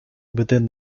within